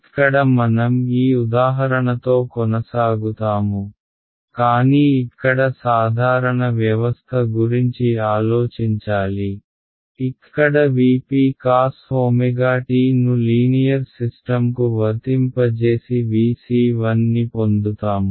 ఇక్కడ మనం ఈ ఉదాహరణతో కొనసాగుతాము కానీ ఇక్కడ సాధారణ వ్యవస్థ గురించి ఆలోచించాలి ఇక్కడ V p cos ω t ను లీనియర్ సిస్టమ్కు వర్తింపజేసి Vc1 ని పొందుతాము